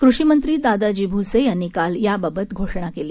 कृषीमंत्री दादाजी भुसे यांनी काल याबाबतची घोषणा केली